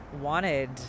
wanted